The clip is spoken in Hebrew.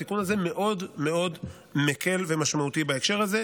התיקון הזה מאוד מאוד מקל ומשמעותי בהקשר הזה,